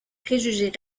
préjugés